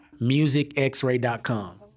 MusicXray.com